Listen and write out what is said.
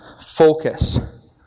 focus